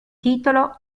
titolo